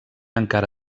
encara